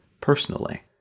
personally